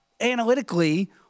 analytically